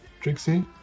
Trixie